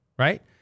Right